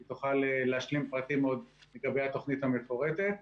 והיא תוכל להשלים פרטים לגבי התוכנית המפורטת.